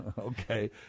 Okay